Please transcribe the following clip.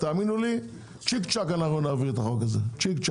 צ'יק צ'ק.